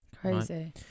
crazy